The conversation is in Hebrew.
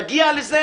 נגיע לזה,